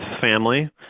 family